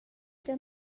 tier